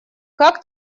как